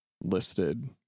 listed